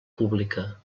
pública